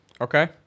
Okay